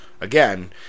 again